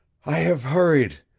i have hurried,